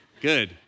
good